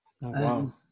Wow